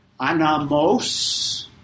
anamos